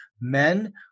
men